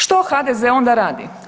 Što HDZ onda radi?